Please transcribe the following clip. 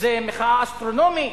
זו מחאה אסטרונומית?